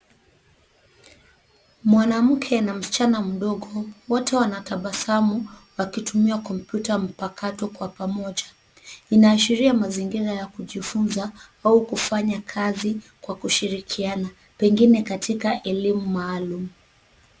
Mwanamke na msichana mdogo wote wanatabasamu wakitumia kompyuta mpakato kwa pamoja. Inaashiria mazingira ya kujifunza au kufanya kazi kwa kushirikiana pengine katika elimu maalum.